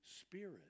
Spirit